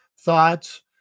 thoughts